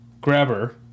grabber